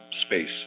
space